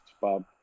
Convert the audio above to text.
Bob